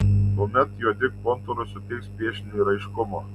tuomet juodi kontūrai suteiks piešiniui raiškumo